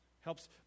helps